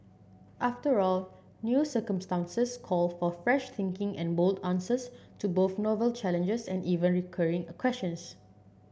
after all new circumstances call for fresh thinking and bold answers to both novel challenges and even recurring questions